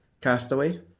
Castaway